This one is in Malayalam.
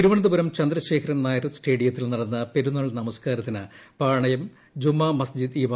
തിരുവനന്തപുരം ചന്ദ്രശേഖരൻ നായർ സ്റ്റേഡിയത്തിൽ നടന്ന പെരുന്നാൾ നമസ്കാരത്തിന് പാളയം ജുമാ മസ്ജിദ് ഇമാം വി